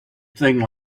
thing